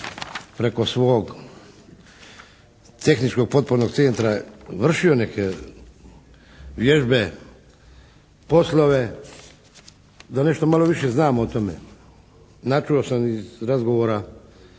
preko svog tehničkog potpornog centra vršio neke vježbe poslove da nešto malo više znam o tome. Načuo sam iz razgovora,